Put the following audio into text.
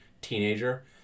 teenager